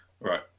Right